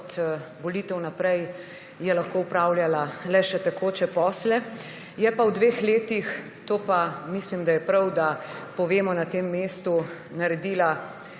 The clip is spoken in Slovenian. od volitev naprej je lahko opravljala le še tekoče posle. Je pa v dveh letih, to pa mislim, da je prav, da povemo na tem mestu, naredila